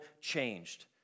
changed